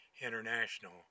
International